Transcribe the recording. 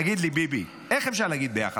תגיד לי, ביבי, איך אפשר להגיד "ביחד"?